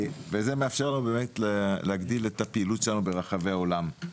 וזה מאפשר לנו באמת להגדיל את הפעילות שלנו ברחבי העולם.